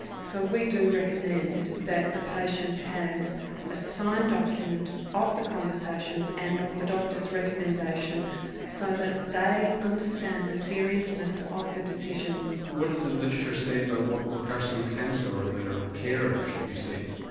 so we do recommend that the patient has a signed document of the conversation and of the doctor's recommendation so that they understand the seriousness of the decision. what does the literature say about what the person with cancer or their carer should be saying?